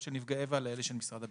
של נפגעי איבה לאלה של משרד הביטחון.